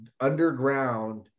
underground